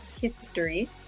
history